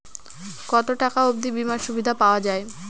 কত টাকা অবধি বিমার সুবিধা পাওয়া য়ায়?